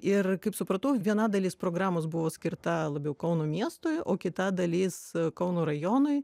ir kaip supratau viena dalis programos buvo skirta labiau kauno miestui o kita dalis kauno rajonui